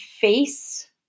face